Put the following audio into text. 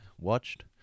watched